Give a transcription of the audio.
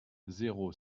zéro